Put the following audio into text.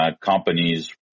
companies